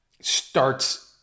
starts